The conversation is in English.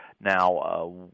Now